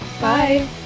Bye